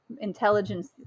intelligence